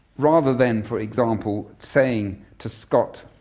rather than, for example, saying to scott,